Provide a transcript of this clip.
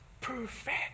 perfect